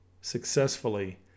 successfully